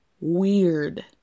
weird